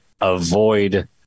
avoid